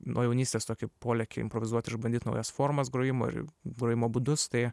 nuo jaunystės tokį polėkį improvizuot ir išbandyt naujas formas grojimo ir grojimo būdus tai